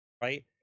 Right